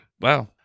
Wow